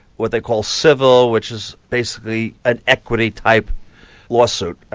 what they call civil, which is basically an equity-type lawsuit.